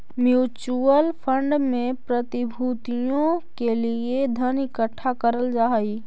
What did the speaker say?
mutual fund में प्रतिभूतियों के लिए धन इकट्ठा करल जा हई